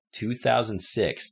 2006